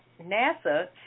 NASA